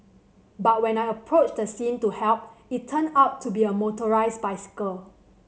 but when I approached the scene to help it turned out to be a motorised bicycle